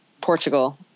Portugal